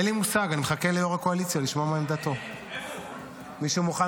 עוד יהיו ימים של משרדים אחרים, אולי,